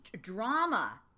drama